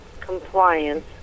compliance